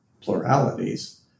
pluralities